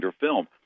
film